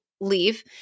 leave